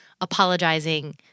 apologizing